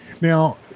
Now